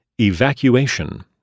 Evacuation